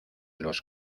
los